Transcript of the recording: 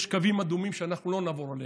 יש קווים אדומים שאנחנו לא נעבור עליהם.